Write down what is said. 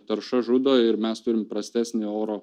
tarša žudo ir mes turim prastesnį oro